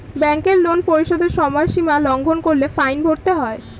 ব্যাংকের লোন পরিশোধের সময়সীমা লঙ্ঘন করলে ফাইন ভরতে হয়